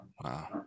Wow